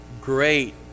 great